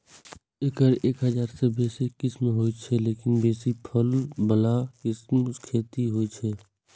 एकर एक हजार सं बेसी किस्म होइ छै, लेकिन बेसी फल बला किस्मक खेती होइ छै